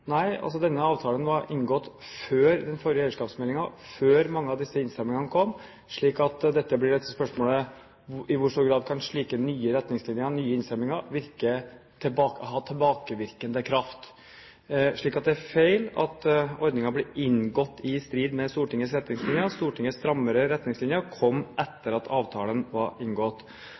denne avtalen var inngått før den forrige eierskapsmeldingen, før mange av disse innstrammingene kom. Så dette blir et spørsmål om i hvor stor grad slike nye retningslinjer, nye innstramminger, kan ha tilbakevirkende kraft. Det er altså feil at ordningen ble inngått i strid med retningslinjer. Stortingets strammere retningslinjer kom etter at avtalen var inngått.